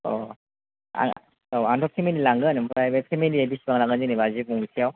आं थ' फेमेलिसो लांगोन बे फेमेलिया बेसेबां लागोन जेनेबा जिप गंसेयाव